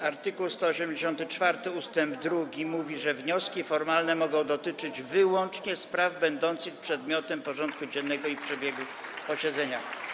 Art. 184 ust. 2 mówi, że wnioski formalne mogą dotyczyć wyłącznie spraw będących przedmiotem porządku dziennego i przebiegu posiedzenia.